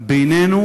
כלשהו בינינו,